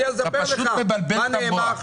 אתה פשוט מבלבל את המוח.